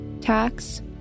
tax